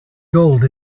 gold